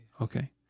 Okay